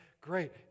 great